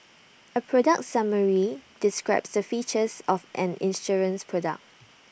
A product summary describes the features of an insurance product